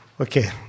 Okay